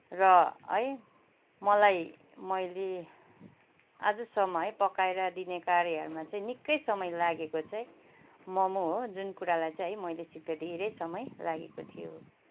र है मलाई मैले आजसम्म है पकाएर दिने कार्यहरूमा चाहिँ निक्कै समय लागेको चाहिँ मोमो हो जुन कुरालाई चाहिँ है मैले सिक्दा धेरै समय लागेको थियो